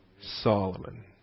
Solomon